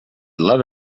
love